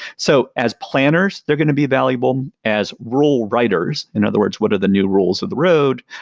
so as planners, they're going to be valuable as rule writers. in other words, what are the new rules of the road?